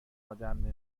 آدم